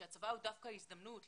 שהצבא הוא דווקא הזדמנות לייצר.